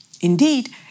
Indeed